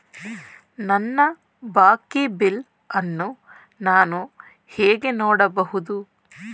ನನ್ನ ಬಾಕಿ ಬಿಲ್ ಅನ್ನು ನಾನು ಹೇಗೆ ನೋಡಬಹುದು?